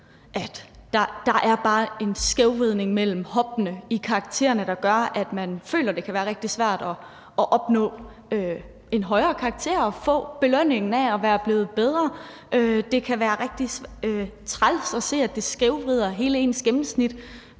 at der bare er en skævvridning i hoppene mellem karaktererne, der gør, at man føler, at det kan være rigtig svært at opnå en højere karakter og få belønningen for at være blevet bedre. Det kan være rigtig træls at se, at det skævvrider hele ens gennemsnit,